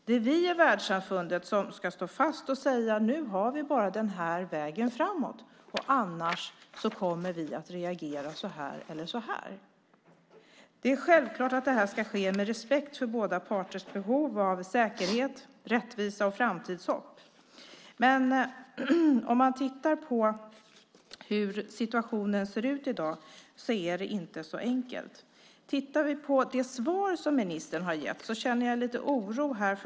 Det är vi i världssamfundet som ska stå fast och säga att nu har vi bara den här vägen framåt och annars kommer vi att reagera på det ena eller det andra sättet. Det är självklart att detta ska ske med respekt för båda parters behov av säkerhet, rättvisa och framtidshopp. Men om man tittar på hur situationen ser ut i dag är det inte så enkelt. Jag känner lite oro inför det svar som ministern har gett.